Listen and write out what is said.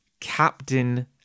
captain